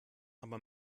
aber